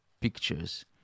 pictures